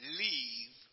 leave